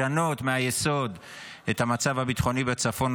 לשנות מהיסוד את המצב הביטחוני בצפון,